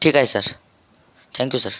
ठीक आहे sir thank you sir